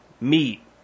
meat